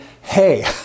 hey